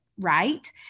Right